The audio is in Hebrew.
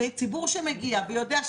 כניסה רק בדבוקות